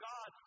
God